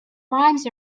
rhymes